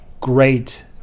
great